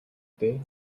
дээ